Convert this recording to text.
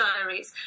diaries